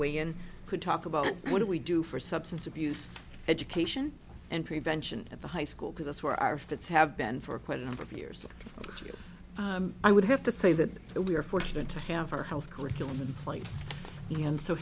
weigh in could talk about what do we do for substance abuse education and prevention at the high school because that's where our fits have been for quite a number of years i would have to say that we are fortunate to have our health curriculum in place and so